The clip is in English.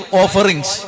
offerings